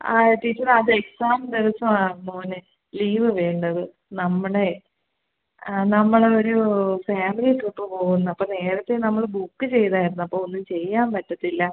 ആ ടീച്ചറ് അത് എക്സാം ദിവസവാ മോന് ലീവ് വേണ്ടത് നമ്മുടെ ആ നമ്മൾ ഒരൂ ഫാമിലി ട്രിപ്പ് പോവുന്നു അപ്പം നേരത്തെ നമ്മൾ ബുക്ക് ചെയ്തായിരുന്നു അപ്പോൾ ഒന്നും ചെയ്യാൻ പറ്റത്തില്ല